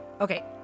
Okay